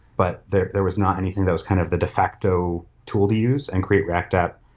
but there there was not anything that was kind of the de facto tool to use and create react app,